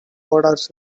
orders